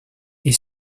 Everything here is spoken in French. est